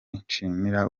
nshimira